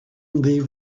leave